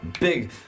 big